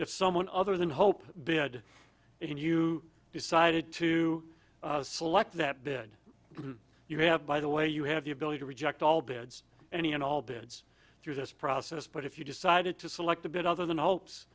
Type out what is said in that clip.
if someone other than hope bid and you decided to select that did you have by the way you have the ability to reject all bids any and all bids through this process but if you decided to select a bit other than ho